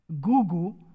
Google